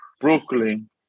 Brooklyn